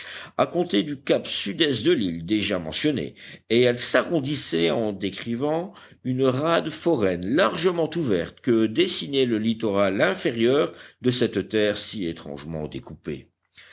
à compter du cap sud-est de l'île déjà mentionné et elle s'arrondissait en décrivant une rade foraine largement ouverte que dessinait le littoral inférieur de cette terre si étrangement découpée